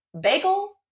Bagel